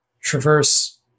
traverse